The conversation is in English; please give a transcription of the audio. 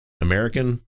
American